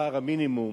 שכר המינימום,